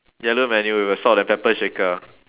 yellow menu with a salt and pepper shaker